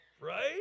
right